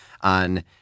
on